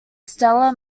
stellar